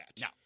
No